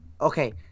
Okay